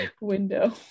window